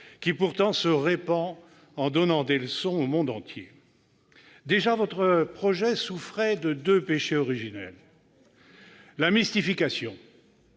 qui, pourtant, se répand en donnant des leçons au monde entier ? Déjà votre projet souffrait de deux péchés originels : la mystification,